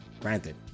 Granted